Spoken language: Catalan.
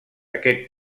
aquest